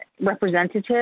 representative